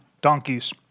donkeys